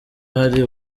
hari